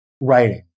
writing